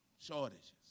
shortages